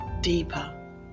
deeper